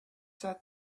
said